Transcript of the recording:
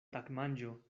tagmanĝo